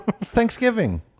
Thanksgiving